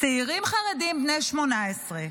צעירים חרדים בני 18,